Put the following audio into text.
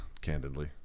candidly